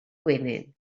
gwenyn